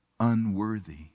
Unworthy